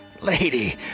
Lady